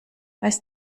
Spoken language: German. weiß